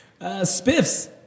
Spiff's